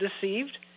deceived